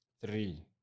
Three